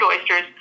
oysters